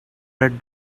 red